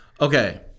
Okay